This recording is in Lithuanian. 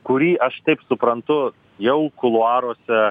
kuri aš taip suprantu jau kuluaruose